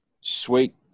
Sweet